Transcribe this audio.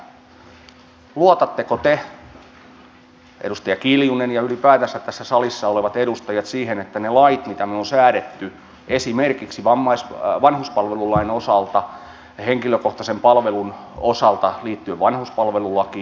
luotatteko te edustaja kiljunen ja ylipäätänsä tässä salissa olevat edustajat niihin lakeihin mitä me olemme säätäneet esimerkiksi vanhuspalvelulain osalta ja henkilökohtaisen palvelun osalta liittyen vanhuspalvelulakiin